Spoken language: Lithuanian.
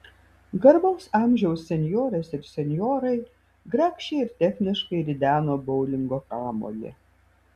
garbaus amžiaus senjorės ir senjorai grakščiai ir techniškai rideno boulingo kamuolį